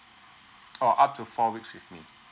oh up to four weeks with me